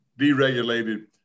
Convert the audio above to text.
deregulated